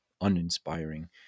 uninspiring